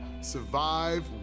Survive